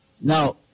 Now